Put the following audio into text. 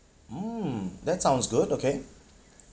mm that sounds good okay